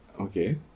Okay